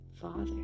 Father